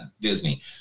Disney